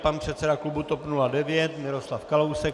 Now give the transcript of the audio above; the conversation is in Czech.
Pan předseda klubu TOP 09 Miroslav Kalousek.